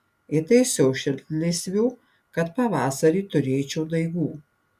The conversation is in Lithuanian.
įtaisiau šiltlysvių kad pavasarį turėčiau daigų